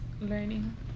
learning